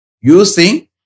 Using